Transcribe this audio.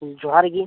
ᱡᱚᱦᱟᱨ ᱜᱮ